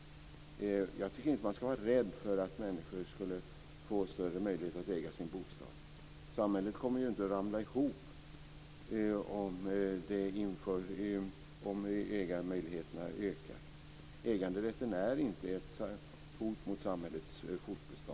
Jag tycker inte att man skall vara rädd för att människor skall få större möjlighet att äga sin bostad. Samhället kommer ju inte att ramla ihop om ägarmöjligheterna ökar. Äganderätten är inte ett hot mot samhällets fortbestånd.